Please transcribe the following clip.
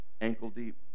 ankle-deep